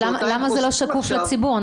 אז למה זה לא שקוף לציבור?